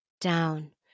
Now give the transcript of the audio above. down